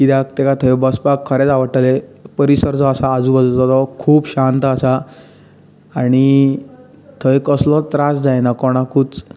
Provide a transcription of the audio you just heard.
कित्याक तेका थंय बसपाक खरेंच आवडटलें परिसर जो आसा आजुबाजूचो तो खूब शांत आसा आनी थंय कसलोच त्रास जायना कोणाकूच